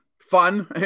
fun